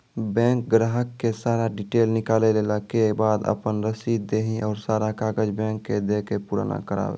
Bank ग्राहक के सारा डीटेल निकालैला के बाद आपन रसीद देहि और सारा कागज बैंक के दे के पुराना करावे?